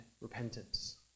repentance